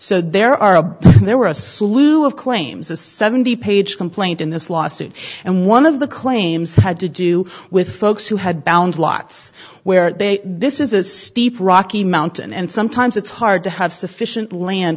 so there are a there were a slew of claims a seventy page complaint in this lawsuit and one of the claims had to do with folks who had bound lots where they this is a steep rocky mountain and sometimes it's hard to have sufficient land